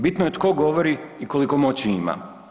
Bitno je tko govori i koliko moći ima.